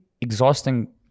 exhausting